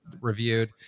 reviewed